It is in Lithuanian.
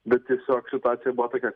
bet tiesiog situacija buvo tokia